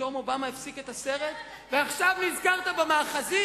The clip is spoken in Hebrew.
פתאום אובמה הפסיק את הסרט ועכשיו נזכרת במאחזים?